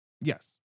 Yes